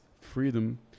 freedom